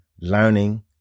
learning